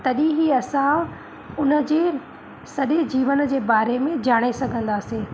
तॾहिं ई असां उनजे सॼे जीवन जे बारे में ॼाणे सघंदासीं